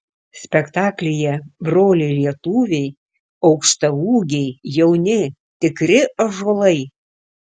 spektaklyje broliai lietuviai aukštaūgiai jauni tikri ąžuolai